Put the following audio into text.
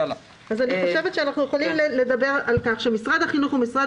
אנחנו יכולים לדבר על כך ש"משרד הבריאות ומשרד